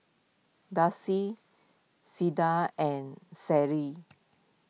Darcy Cleda and Sadye